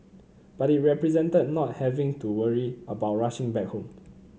but it represented not having to worry about rushing back home